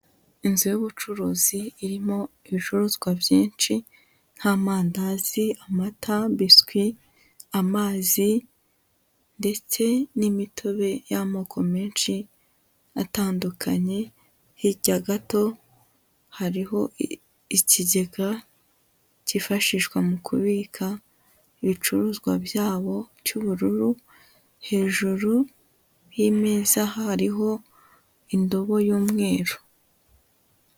Inzu y'ubucuruzi irimo ibicuruzwa byinshi nk'amandazi, amata, biswi, amazi ndetse n'imitobe y'amoko menshi atandukanye, hirya gato hariho ikigega kifashishwa mu kubika ibicuruzwa byabo cy'ubururu, hejuru y'imeza hariho indobo y'umweru.